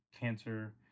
cancer